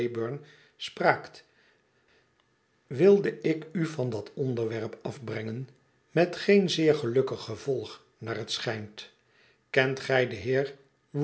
spraakt wilde ik uvan dat onderwerp afbrengen met geen zeer gelukkig gevolg naar het schijnt kent gij den heer